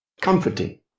comforting